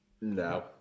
no